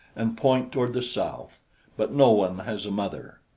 and point toward the south but no one has a mother.